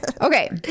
Okay